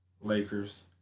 Lakers